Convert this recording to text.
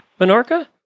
Menorca